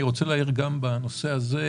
אני רוצה להעיר גם בנושא הזה,